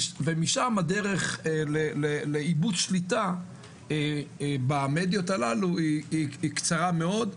ומשם הדרך לאיבוד שליטה במדיות הללו קצרה מאוד,